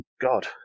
God